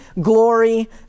glory